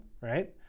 right